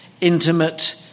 intimate